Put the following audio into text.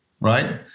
right